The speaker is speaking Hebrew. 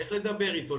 איך לדבר איתו,